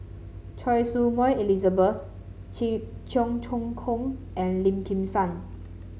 Choy Su Moi Elizabeth Cheong Choong Kong and Lim Kim San